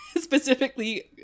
Specifically